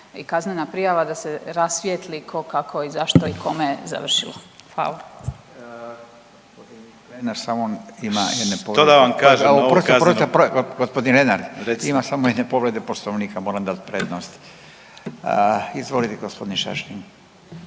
i kaznena prijava da se rasvijetli ko, kako i zašto i kome je završilo. Hvala.